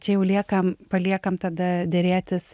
čia jau liekam paliekam tada derėtis